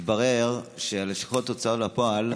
מתברר שלשכות ההוצאה לפועל,